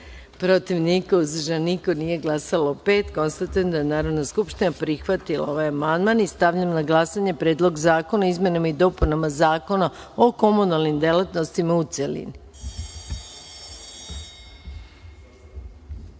protiv – niko, uzdržanih – nema, nije glasalo pet. Konstatujem da je Narodna skupština prihvatila ovaj amandman. Stavljam na glasanje Predlog zakona o izmenama i dopunama Zakona o komunalnim delatnostima, u